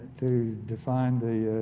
to define the